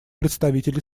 представитель